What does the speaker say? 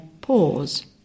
pause